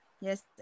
Yes